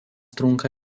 trunka